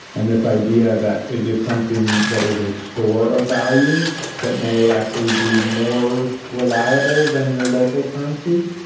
and this idea that it is something that is a store of value that may actually be more reliable than your local currency.